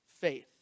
faith